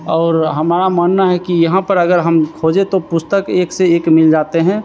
और हमारा मानना है कि यहाँ पर अगर हम खोजें तो पुस्तक एक से एक मिल जाते हैं